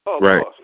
Right